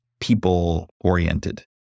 people-oriented